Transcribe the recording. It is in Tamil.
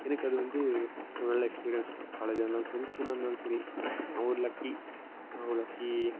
எனக்கு அது வந்து ஒரு நல்ல எக்ஸ்பீரியன்ஸ் தான் காலேஜாக இருந்தாலும் சரி ஸ்கூலாக இருந்தாலும் சரி நான் ஒரு லக்கி நான் ஒரு லக்கி